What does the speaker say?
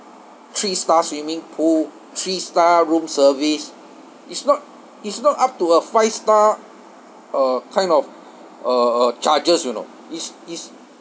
three star swimming pool three star room service is not is not up to a five star uh kind of uh uh charges you know is is